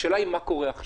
השאלה היא מה קורה עכשיו.